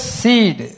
seed